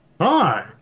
Hi